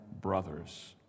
brothers